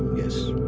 yes.